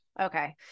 okay